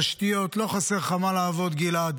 תשתיות, לא חסר לך על מה לעבוד, גלעד.